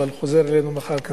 אבל כנראה הוא חוזר אלינו מחר.